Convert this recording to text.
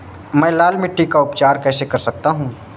मैं लाल मिट्टी का उपचार कैसे कर सकता हूँ?